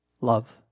love